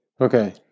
Okay